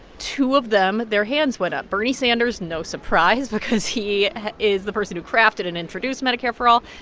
two of them, their hands went up bernie sanders, no surprise because he is the person who crafted and introduced medicare for all,